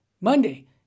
Monday